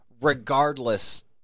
regardless